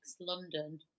London